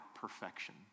perfection